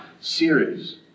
series